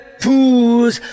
pools